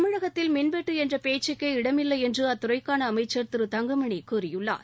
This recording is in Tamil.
தமிழகத்தில் மின்வெட்டு என்ற பேச்சுக்கே இடமில்லை என்று அத்துறைக்கான அமைச்சர் திரு தங்கமணி கூறியுள்ளார்